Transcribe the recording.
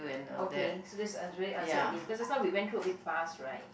okay so this is is already answered already cause just now we went through a bit fast right